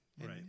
Right